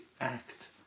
act